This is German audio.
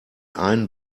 einen